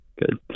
Good